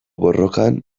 borrokan